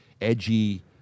edgy